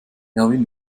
erwin